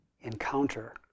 encounter